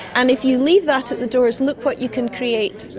and if you leave that at the doors, look what you can create.